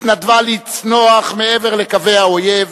התנדבה לצנוח מעבר לקווי האויב